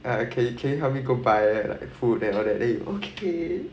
ah can can you help me go buy like food and all that then you okay